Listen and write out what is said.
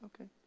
okay